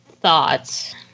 thoughts